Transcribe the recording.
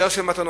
בדרך של מתנות.